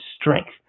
strength